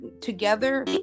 together